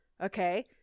okay